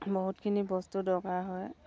বহুতখিনি বস্তু দৰকাৰ হয়